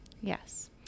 Yes